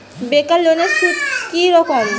বেকার লোনের সুদ কি রকম?